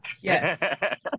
Yes